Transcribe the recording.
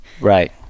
right